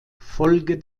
folge